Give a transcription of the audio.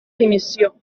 dimissió